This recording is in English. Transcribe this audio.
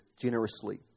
generously